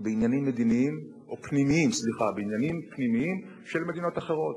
בעניינים פנימיים של מדינות אחרות.